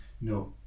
No